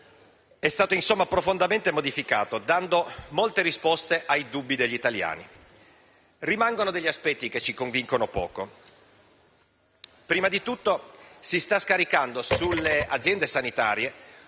è stato insomma profondamente modificato, dando molte risposte ai dubbi degli italiani. Rimangono però degli aspetti che ci convincono poco. Prima di tutto si sta scaricando sulle aziende sanitarie